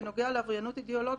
בנוגע לעבריינות אידיאולוגית,